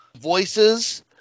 voices